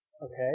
Okay